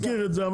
הזכיר את זה.